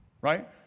right